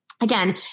Again